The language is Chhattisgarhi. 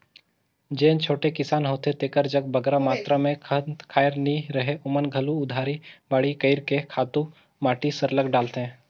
जेन छोटे किसान होथे जेकर जग बगरा मातरा में खंत खाएर नी रहें ओमन घलो उधारी बाड़ही कइर के खातू माटी सरलग डालथें